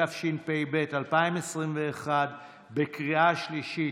התשפ"ב 2021 עברה בקריאה השלישית,